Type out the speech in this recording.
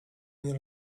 nie